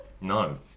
no